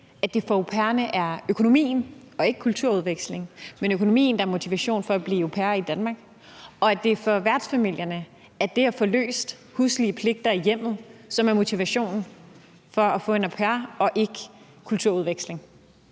at det for au pairerne er økonomien – ikke kulturudveksling, men økonomien – der er motivation for at blive au pair i Danmark, og at det for værtsfamilierne er det at få løst huslige pligter i hjemmet, der er motivationen for at få en au pair, og ikke kulturudveksling?